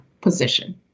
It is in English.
position